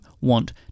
want